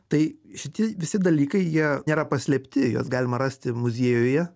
tai šitie visi dalykai jie nėra paslėpti juos galima rasti muziejuje